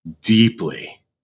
deeply